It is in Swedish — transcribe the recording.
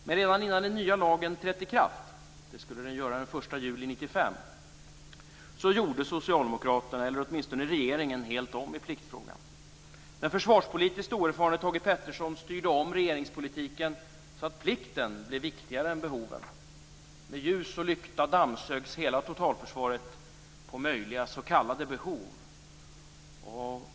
Men redan innan den nya lagen trätt i kraft, vilket den skulle göra den 1 juli 1995, gjorde socialdemokraterna - eller åtminstone regeringen - helt om i pliktfrågan. Den försvarspolitiskt oerfarne Thage Peterson styrde om regeringspolitiken så att plikten blev viktigare än behoven. Med ljus och lykta dammsögs hela totalförsvaret på möjliga, s.k. behov.